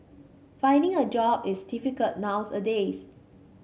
finding a job is difficult nowadays